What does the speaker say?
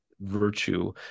virtue